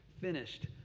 finished